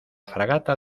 fragata